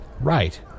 right